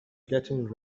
getting